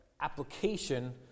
application